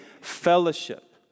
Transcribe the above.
fellowship